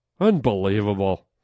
Unbelievable